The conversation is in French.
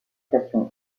station